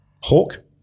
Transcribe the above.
Hawk